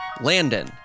Landon